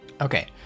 okay